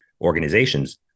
organizations